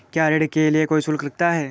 क्या ऋण के लिए कोई शुल्क लगता है?